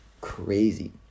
crazy